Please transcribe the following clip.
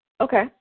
okay